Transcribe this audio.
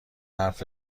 حرف